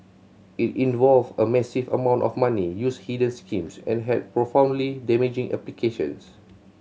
it involve a massive amount of money used hidden schemes and had profoundly damaging implications